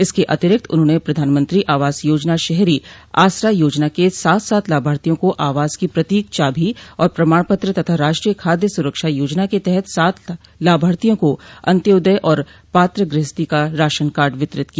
इसके अतिरिक्त उन्होंने प्रधानमंत्री आवास योजना शहरी आसरा योजना के सात सात लाभार्थियों को आवास की प्रतीक चाभी और पमाण पत्र तथा राष्ट्रीय खाद्य सुरक्षा योजना के तहत सात लाभार्थियों को अन्त्योदय और पात्र गृहस्थी का राशन कार्ड वितरित किया